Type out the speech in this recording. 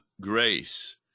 grace